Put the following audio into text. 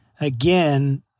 again